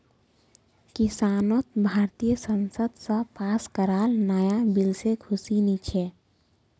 किसानक भारतीय संसद स पास कराल नाया बिल से खुशी नी छे